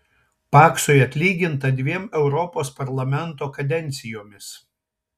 paksui atlyginta dviem europos parlamento kadencijomis